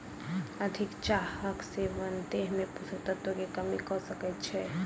अधिक चाहक सेवन देह में पोषक तत्व के कमी कय सकै छै